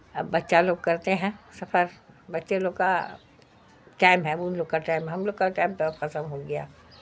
اب بچہ لوگ کرتے ہیں سفر بچے لوگ کا ٹائم ہے اب ان لوگ کا ٹائم ہے ہم لوگ کا ٹائم تو اب ختم ہو گیا